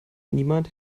niemand